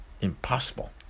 impossible